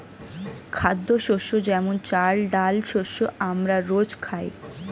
খাদ্যশস্য যেমন চাল, ডাল শস্য আমরা রোজ খাই